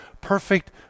perfect